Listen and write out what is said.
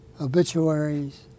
obituaries